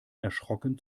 erschrocken